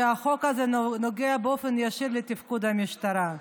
כי החוק הזה נוגע באופן ישיר לתפקוד המשטרה.